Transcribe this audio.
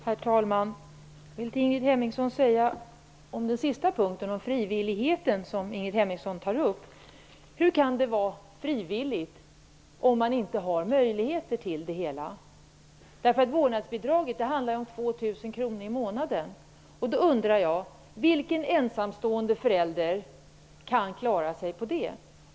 Herr talman! Ingrid Hemmingsson talar om frivilligheten, men hur kan det finnas någon frivillighet om man inte har möjlighet att ta del av det hela? Vårdnadsbidraget handlar ju om 2 000 kr i månaden. Då undrar jag: Vilken ensamstående förälder kan klara sig på det?